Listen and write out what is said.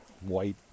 white